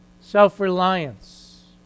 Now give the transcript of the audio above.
self-reliance